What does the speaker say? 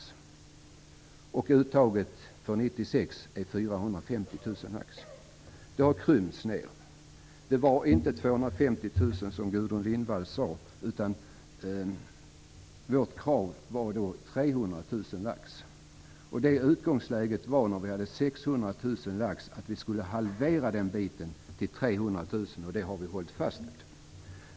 Uttaget för 1996 är 450 000 laxar. Det har krympts. Det var inte 250 000 som Gudrun Lindvall sade, utan vårt krav var 300 000 laxar. Utgångsläget var att vi hade 600 000 laxar och skulle halvera det uttaget till 300 000, och det har vi hållit fast vid.